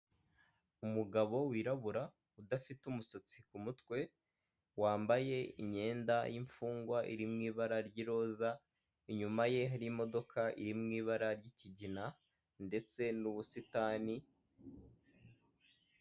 Umugabo wirabura udafite umusatsi ku mutwe, wambaye imyenda y'imfungwa iri mu ibara ry'iroza, inyuma ye hari imodoka iri mu ibara ry'ikigina ndetse n'ubusitani.